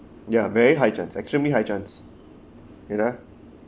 ya very high chance extremely high chance you know